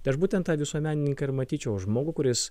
tai aš būtent tą visuomenininką ir matyčiau žmogų kuris